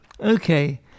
Okay